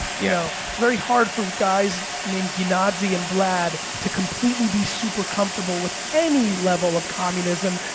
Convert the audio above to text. you know, it's very hard for guys named genazi and vlad to completely be super comfortable with any level of communism,